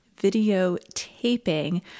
videotaping